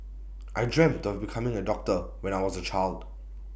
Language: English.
I dreamt of becoming A doctor when I was A child